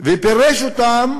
ופירש אותם,